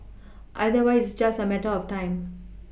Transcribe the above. otherwise it's just a matter of time